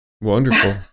Wonderful